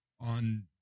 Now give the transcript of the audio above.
on